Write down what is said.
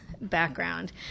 Background